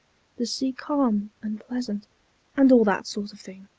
the sea calm and pleasant and all that sort of thing,